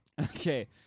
Okay